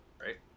right